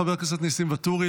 חבר הכנסת ניסים ואטורי,